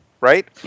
right